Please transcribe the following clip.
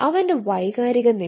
അവന്റെ വൈകാരിക നില